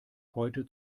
heute